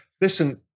listen